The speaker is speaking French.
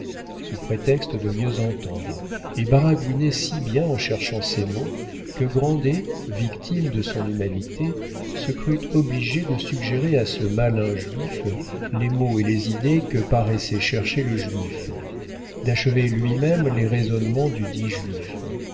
sous prétexte de mieux entendre et baragouinait si bien en cherchant ses mots que grandet victime de son humanité se crut obligé de suggérer à ce malin juif les mots et les idées que paraissait chercher le juif d'achever lui-même les raisonnements dudit